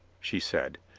she said.